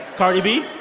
cardi b